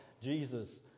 Jesus